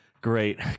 Great